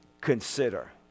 consider